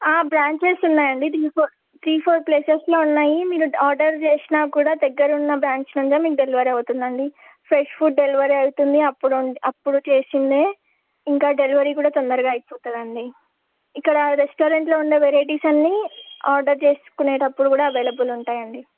branches ఉన్నాయండి three four three four ప్లేసెస్లో ఉన్నాయి మీరు ఆర్డర్ చేసినా కూడా దగ్గరున్న బ్రాంచెస్ నుండే మీకు డెలివరీ అవుతుందండి ఫ్రెష్ ఫుడ్ డెలివరీ అవుతుంది అప్పుడు అప్పుడు చేసిందే ఇంకా డెలివరీ కూడా తొందరగా అయిపోతదండి ఇక్కడ రెస్టారెంట్లో ఉండే వెరైటీస్ అన్నీ కుడా ఆర్డర్ చేసుకునేటప్పుడు కూడా అవైలబుల్ ఉంటాయండి